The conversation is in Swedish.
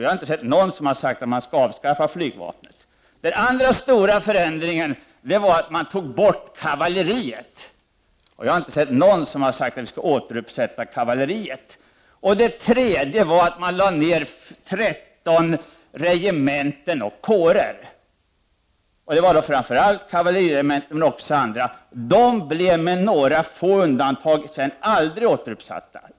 Jag har inte hört någon säga att man skall avskaffa flygvapnet. Den andra stora förändringen var att man tog bort kavalleriet. Och jag har inte hört någon säga att vi skall återinföra kavalleriet. Det tredje var att man lade ned 13 regementen och kårer. Det gällde framför allt kavalleriregementen men också andra. Med några få undantag blev dessa regementen aldrig återinförda.